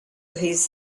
his